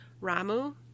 Ramu